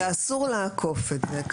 זה אסור לעקוף את זה.